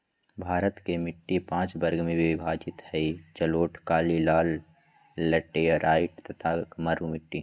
भारत के मिट्टी पांच वर्ग में विभाजित हई जलोढ़, काली, लाल, लेटेराइट तथा मरू मिट्टी